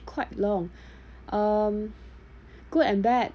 quite long um good and bad